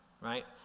right